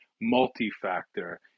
multi-factor